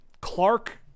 clark